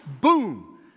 boom